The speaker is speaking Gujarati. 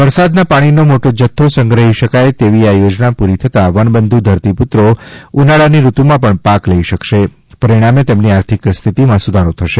વરસાદના પાણીનો મોટો જથ્થો સંગ્રહી શકાય તેવી આ યોજના પુરી થતાં વનબંધુ ધરતીપુત્રો ઉનાળાની ઋતુમાં પણ પાક લઇ શકશે પરિણામે તેમની આર્થિક સ્થિતીમાં સુધારો થશે